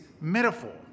metaphor